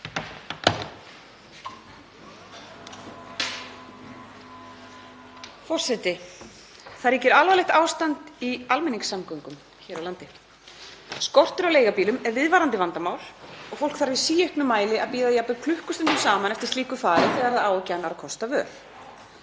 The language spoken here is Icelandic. Forseti. Það ríkir alvarlegt ástand í almenningssamgöngum hér á landi. Skortur á leigubílum er viðvarandi vandamál og fólk þarf í síauknum mæli að bíða jafnvel klukkustundum saman eftir slíku fari þegar það á ekki annarra kosta völ.